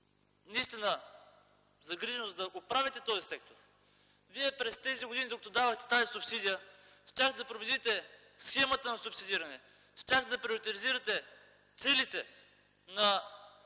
наистина загриженост да оправите този сектор, през тези години, докато давахте тази субсидия, щяхте да промените схемата на субсидиране, щяхте да приоритизирате целите на